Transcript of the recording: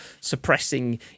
suppressing